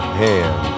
hand